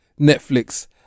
Netflix